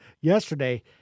yesterday